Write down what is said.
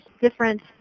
different